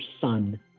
son